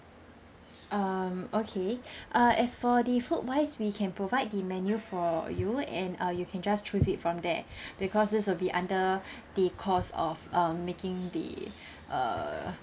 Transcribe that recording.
um okay uh as for the food-wise we can provide the menu for you and uh you can just choose it from there because this will be under the cost of um making the uh